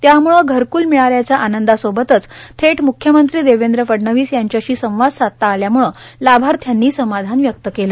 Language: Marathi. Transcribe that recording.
त्यामुळे घरकल मिळाल्याच्या आनंदासोबतच थेट मुख्यमंत्री देवेंद्र फडणवीस यांच्याशी संवाद साधता आल्यामुळे लाभार्थ्यांनी समाधान व्यक्त केलं